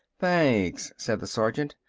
thanks, said the sergeant.